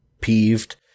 peeved